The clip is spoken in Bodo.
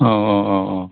औ औ औ